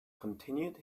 continued